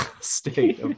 state